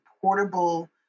portable